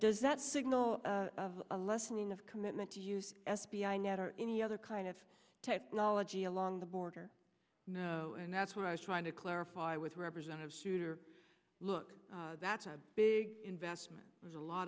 does that signal of a lessening of commitment to use f b i net or any other kind of technology along the border and that's what i was trying to clarify with representative shooter look that's a big investment there's a lot